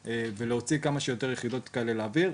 ולהוציא כמה שיותר יחידות דיור כאלה לאוויר.